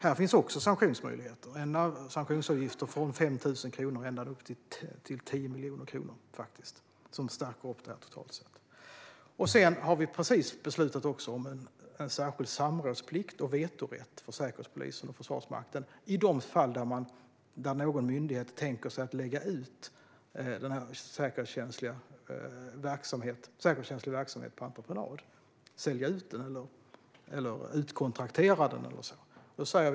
Här finns också sanktionsmöjligheter, bland annat sanktionsavgifter från 5 000 kronor ända upp till 10 miljoner kronor, som stärker detta totalt sett. Vi har precis beslutat om en särskild samrådsplikt och vetorätt för Säkerhetspolisen och Försvarsmakten i de fall där någon myndighet tänker sig att lägga ut säkerhetskänslig verksamhet på entreprenad och att sälja ut eller kontraktera ut den.